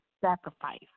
sacrifice